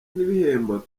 n’ibihembo